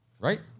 right